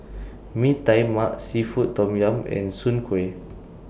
Mee Tai Mak Seafood Tom Yum and Soon Kway